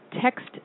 Text